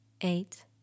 Eight